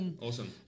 Awesome